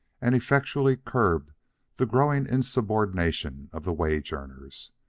and effectually curbed the growing insubordination of the wage-earners.